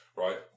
Right